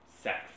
sex